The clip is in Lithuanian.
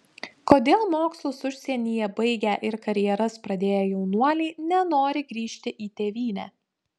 kodėl mokslus užsienyje baigę ir karjeras pradėję jaunuoliai nenori grįžti į tėvynę